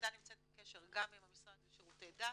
שהיחידה נמצאת בקשר גם עם המשרד לשירותי דת